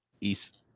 East